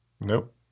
nope